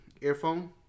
earphone